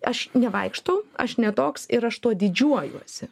aš nevaikštau aš ne toks ir aš tuo didžiuojuosi